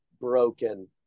broken